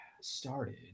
started